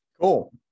Cool